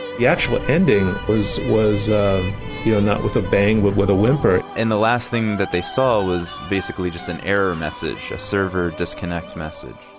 the actual ending was was yeah not with a bang, but with a whimper and the last thing that they saw was basically just an error message, a server disconnect message